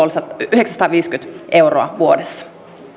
yhdeksänsataaviisikymmentä euroa vuodessa